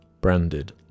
Branded